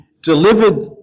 delivered